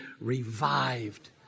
revived